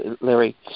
Larry